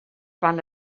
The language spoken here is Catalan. van